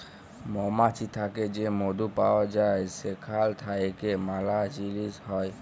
মমাছি থ্যাকে যে মধু পাউয়া যায় সেখাল থ্যাইকে ম্যালা জিলিস হ্যয়